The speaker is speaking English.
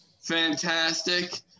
fantastic